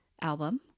album